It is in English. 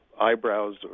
eyebrows